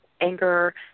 anger